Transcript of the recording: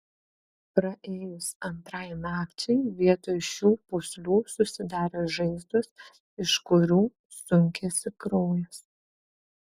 praėjus antrai nakčiai vietoj šių pūslių susidarė žaizdos iš kurių sunkėsi kraujas